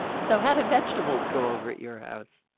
so how do vegetables go over at your house?